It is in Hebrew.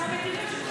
זו, שלך.